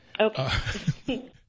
Okay